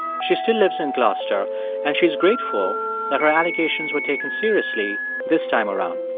she still lives in gloucester and she's grateful that her allegations were taken seriously this time around.